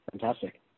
Fantastic